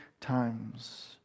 times